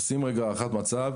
עושים הערכת מצב,